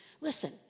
Listen